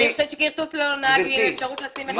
אני חושבת שכרטוס ללא נהג ייתן אפשרות לשים מחיצה שתגן עליכם.